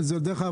דרך אגב,